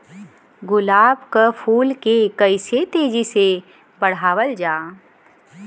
गुलाब क फूल के कइसे तेजी से बढ़ावल जा?